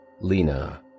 Lena